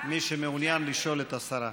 מי שמעוניין לשאול את השרה.